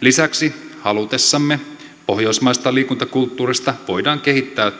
lisäksi halutessamme pohjoismaisesta liikuntakulttuurista voidaan myös kehittää